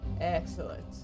Excellent